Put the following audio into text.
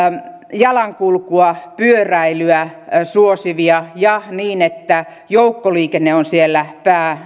jalankulkua pyöräilyä suosivia ja niin että joukkoliikenne on siellä